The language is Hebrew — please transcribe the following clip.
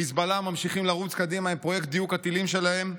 חיזבאללה ממשיכים לרוץ קדימה עם פרויקט דיוק הטילים שלהם.